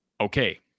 Okay